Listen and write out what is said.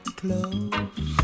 close